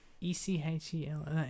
E-C-H-E-L